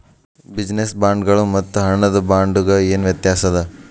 Business ಬಾಂಡ್ಗಳ್ ಮತ್ತು ಹಣದ ಬಾಂಡ್ಗ ಏನ್ ವ್ಯತಾಸದ?